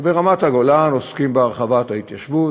וברמת-הגולן עוסקים בהרחבת ההתיישבות,